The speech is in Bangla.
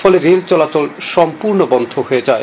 ফলে রেল চলাচল সম্পূর্ণ বন্ধ হয়ে যায়